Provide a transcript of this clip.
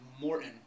Morton